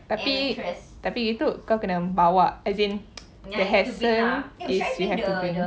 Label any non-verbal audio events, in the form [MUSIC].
tapi tapi tu kau kena bawa as in [NOISE] the hassle is we have to be